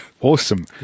awesome